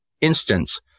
instance